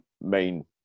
main